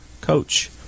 coach